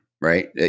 right